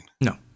No